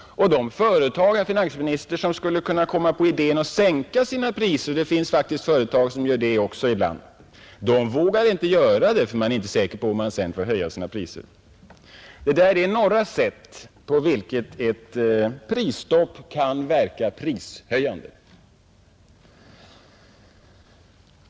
Och de företag som skulle komma på idén att sänka sina priser — det finns faktiskt företag som gör det också ibland — vågar inte genomföra detta, ty man är inte säker på att sedan få höja sina priser. Det här är några sätt på vilket ett prisstopp kan verka prishöjande.